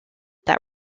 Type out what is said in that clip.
that